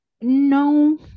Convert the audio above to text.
No